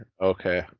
Okay